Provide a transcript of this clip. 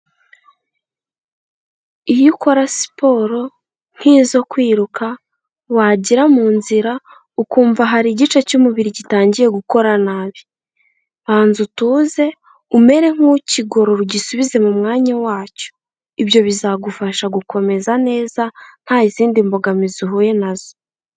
Iyo ukora siporo nk'izo kwiruka wagera mu nzira ukumva hari igice cy'umubiri gitangiye gukora nabi, banza utuze umere nk'ukigorora ugisubize mu mwanya wacyo, ibyo bizagufasha gukomeza neza ntazindi mbogamizi uhuye na zo.